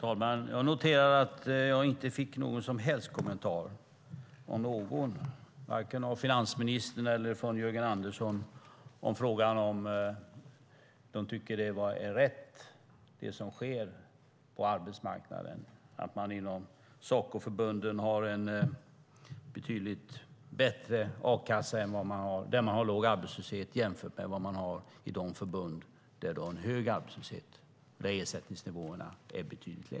Herr talman! Jag noterar att jag inte fick någon som helst kommentar vare sig av finansministern eller av Jörgen Andersson ifall de tycker att det som sker på arbetsmarknaden är rätt, det vill säga att man inom Sacoförbunden, där man har låg arbetslöshet, har en betydligt bättre a-kassa än i de förbund där man har hög arbetslöshet; där är ju ersättningsnivåerna betydligt lägre.